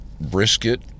brisket